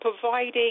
providing